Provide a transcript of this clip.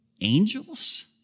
Angels